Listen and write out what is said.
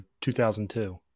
2002